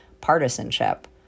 partisanship